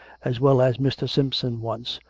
as well as mr. simpson once,